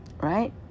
right